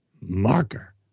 Marker